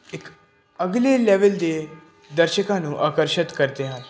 ਇੱਕ ਅਗਲੇ ਲੈਵਲ ਦੇ ਦਰਸ਼ਕਾਂ ਨੂੰ ਆਕਰਸ਼ਿਤ ਕਰਦੇ ਹਨ